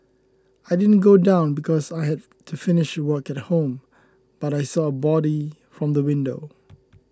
I didn't go down because I had to finish work at home but I saw a body from the window